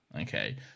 Okay